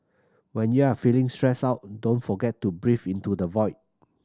when you are feeling stressed out don't forget to breathe into the void